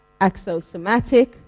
Axosomatic